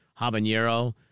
habanero